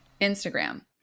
Instagram